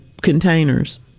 containers